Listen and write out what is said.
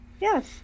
Yes